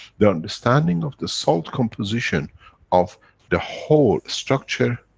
the understanding of the salt composition of the whole structure,